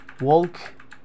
walk